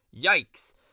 Yikes